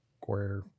square